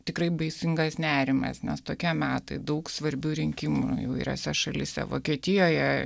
tikrai baisingas nerimas nes tokie metai daug svarbių rinkimų įvairiose šalyse vokietijoje